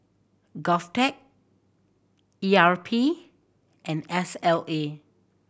GovTech E R P and S L A